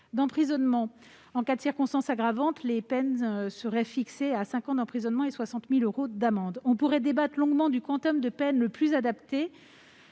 euros d'amende. En cas de circonstances aggravantes, les faits visés seraient punis de cinq ans d'emprisonnement et de 60 000 euros d'amende. On pourrait débattre longuement du quantum de peine le plus adapté